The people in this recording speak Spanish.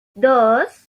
dos